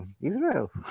Israel